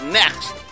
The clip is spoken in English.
next